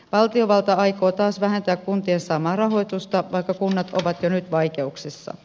valtiovalta aikoo taas vähentää kuntien saamaa rahoitusta vaikka kunnat ovat jo nyt vaikeuksissa